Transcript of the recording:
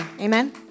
Amen